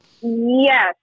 Yes